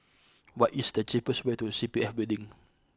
what is the cheapest way to C P F Building